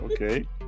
Okay